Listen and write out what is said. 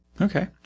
Okay